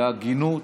בהגינות,